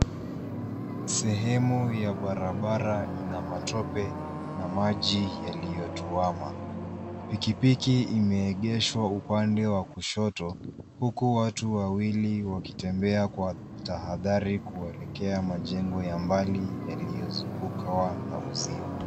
Sehemu ya barabara ina matope na maji yaliyotuama , pikipiki imeegeshwa upande wa kushoto huku watu wawili wakitembea kwa tahadhari kuelekea majengo ya mbali yaliyozungukwa na uzio.